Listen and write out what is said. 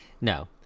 no